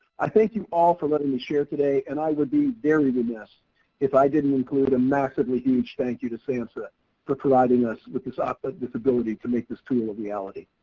i thank you all for letting me share today and i would be very remiss if i didn't include a massively huge thank you to samhsa for providing us with this ah this ability to make this tool a reality.